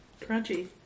Crunchy